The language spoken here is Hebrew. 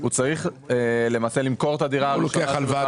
הוא צריך למכור את הדירה שבבעלותו.